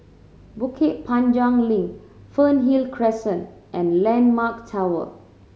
Bukit Panjang Link Fernhill Crescent and Landmark Tower